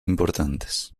importantes